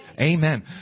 Amen